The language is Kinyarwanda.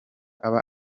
aba